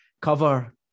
cover